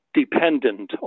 dependent